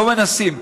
לא מנסים,